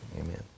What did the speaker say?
amen